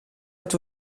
dat